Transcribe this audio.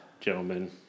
gentlemen